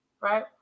right